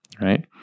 right